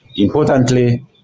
Importantly